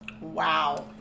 Wow